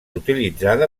utilitzada